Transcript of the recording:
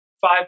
Five